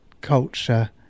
culture